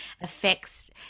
affects